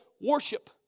worship